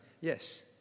yes